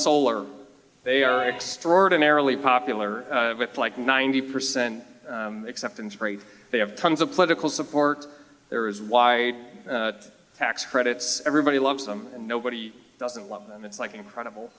solar they are extraordinarily popular with like ninety percent acceptance rate they have tons of political support there is why tax credits everybody loves them and nobody doesn't love them it's like incredible